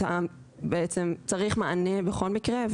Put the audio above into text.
בעצם צריך מענה בכל מקרה.